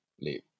leave